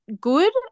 good